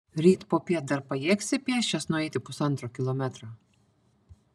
ryt popiet dar pajėgsi pėsčias nueiti pusantro kilometro